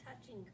touching